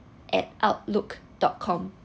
at outlook dot com